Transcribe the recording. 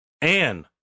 Anne